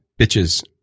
Bitches